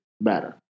better